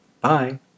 Bye